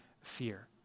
fear